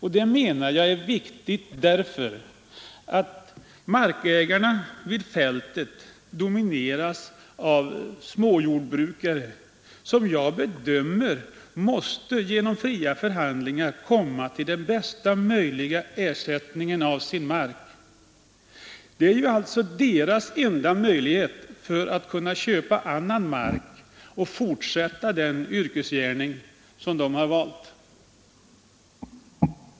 Det anser jag vara viktigt därför att markägarna vid fältet huvudsakligen utgörs av småjordbrukare, och som jag bedömer det måste de få den bästa möjliga ersättningen för sin mark om denna fastställes genom fria förhandlingar. Det är deras enda möjlighet att köpa annan mark och fortsätta den yrkesgärning som de har valt.